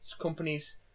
companies